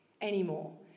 anymore